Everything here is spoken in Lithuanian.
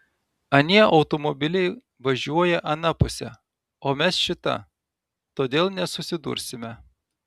anie automobiliai važiuoja ana puse o mes šita todėl nesusidursime